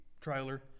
trailer